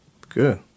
Good